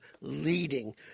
leading